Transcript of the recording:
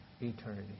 eternity